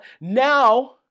now